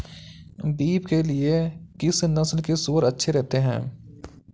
Beef के लिए किस नस्ल के सूअर अच्छे रहते हैं?